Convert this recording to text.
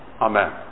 Amen